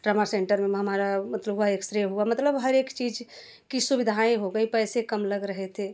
trauma centre में हमारा मतलब वह एक्स रे हुआ मतलब हर एक चीज़ की सुविधाएँ हो गई पैसे कम लग रहे थे